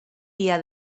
dia